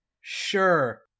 sure